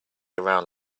around